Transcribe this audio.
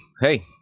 hey